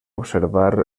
observar